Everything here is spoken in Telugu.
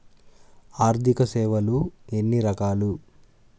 ఆర్థిక సేవలు ఎన్ని రకాలు?